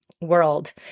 world